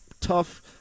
tough